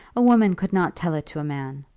a woman could not tell it to a man.